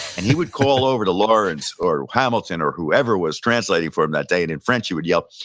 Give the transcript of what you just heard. and he would call over to lawrence or hamilton or whoever was translating for him that day, and in french he would yell,